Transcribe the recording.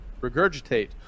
regurgitate